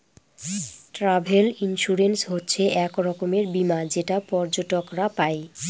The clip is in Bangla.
ট্রাভেল ইন্সুরেন্স হচ্ছে এক রকমের বীমা যেটা পর্যটকরা পাই